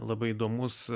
labai įdomus